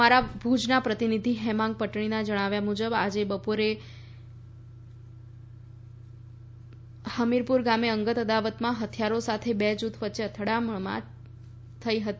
અમારા ભૂજના પ્રતિનિધિ હેમાંગ પટણીના જણાવ્યા મુજબ આજે બપોરે દોઢ વાગે હમીરપુર ગામે અંગત અદાવતમાં હથિયારો સાથે બે જૂથો વચ્ચે અથડામણ થઇ હતી